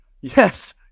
Yes